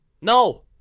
No